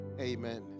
Amen